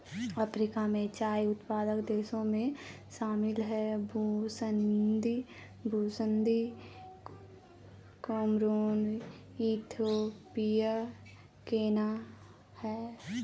Africa में चाय उत्पादक देशों में शामिल हैं बुसन्दी कैमरून इथियोपिया केन्या है